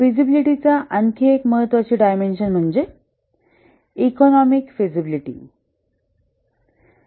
फिजिबिलिटीचा आणखी एक महत्वाची डायमेंशन म्हणजे इकॉनोमिक फिजिबिलिटी आर्थिक फिजिबिलिटी